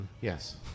Yes